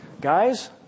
guys